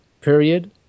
period